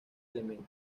elemento